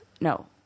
no